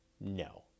No